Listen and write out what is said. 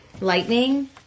Lightning